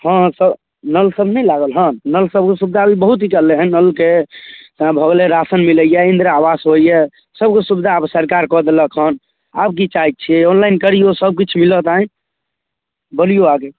हँ हँ स नलसब नहि लागल हँ नलसबके सुविधा अभी बहुत निकललै हँ नलके भऽ गेलै राशन मिलैए इन्दिरा आवास होइए सबके सुविधा आब सरकार कऽ देलक हँ आब कि चाहै छिए ऑनलाइन करिऔ सबकिछु मिलत आइ बोलिऔ आगे